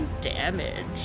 damage